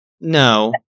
No